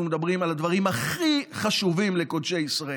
מדברים על הדברים הכי חשובים לקודשי ישראל.